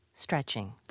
Stretching